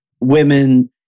women